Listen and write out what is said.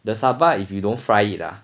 the saba if you don't fry it ah